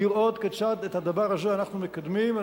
לראות כיצד את הדבר הזה אנחנו מקדמים.